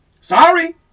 Sorry